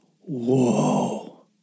Whoa